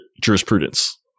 jurisprudence